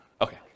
Okay